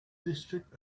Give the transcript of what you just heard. district